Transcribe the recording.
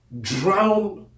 drown